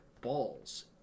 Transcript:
balls